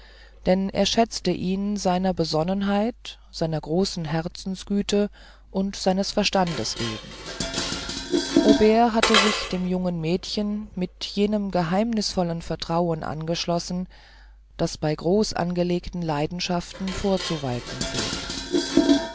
denn er schätzte ihn seiner besonnenheit seiner großen herzensgüte und seines verstandes wegen aubert hatte sich dem jungen mädchen mit jenem geheimnißvollen vertrauen angeschlossen das bei groß angelegten leidenschaften vorzuwalten pflegt